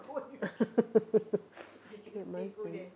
eight months nine